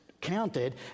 counted